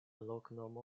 loknomo